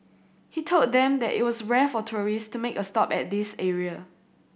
he told them that it was rare for tourists to make a stop at this area